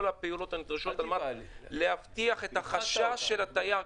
הפעולות הנדרשות על-מנת להפיג את החששות של התייר.